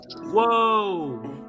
whoa